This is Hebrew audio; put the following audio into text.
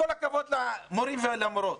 כל הכבוד למורים ולמורות,